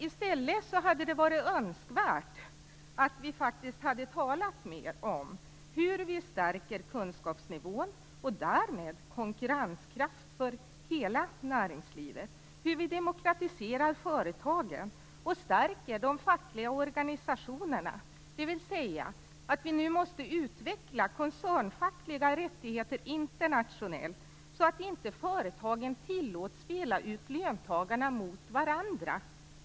I stället hade det varit önskvärt att vi faktiskt hade talat mer om hur vi förbättrar kunskapsnivån och därmed konkurrenskraften för hela näringslivet. Vi borde tala om hur vi demokratiserar företagen och stärker de fackliga organisationerna, dvs. vi måste nu utveckla koncernfackliga rättigheter internationellt, så att inte företagen tillåts spela ut löntagarna mot varandra.